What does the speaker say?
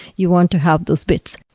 you want to have those bits.